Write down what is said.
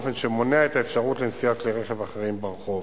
באופן שמונע את האפשרות לנסיעת כלי רכב אחרים ברחוב.